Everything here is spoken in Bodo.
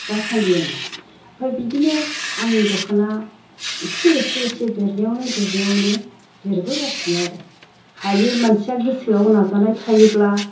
दासान्दि आङो ओमफ्राय बिदिनो आंनि दखाना एसे एसे एसे देरनायावनो देरनायावनो देरबोगासिनो आरो हायो मानसिया गोसोआव नाजानाय थायोब्ला